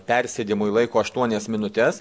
persėdimui laiko aštuonias minutes